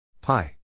pi